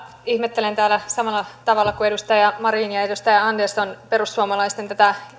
ihmettelen täällä samalla tavalla kuin edustaja marin ja edustaja andersson tätä perussuomalaisten